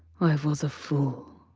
i was a fool,